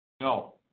No